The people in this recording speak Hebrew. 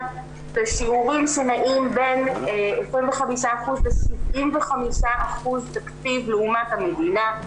בשיעורים שנעים בין 25% ל-75% תקציב לעומת המדינה.